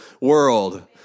world